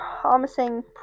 promising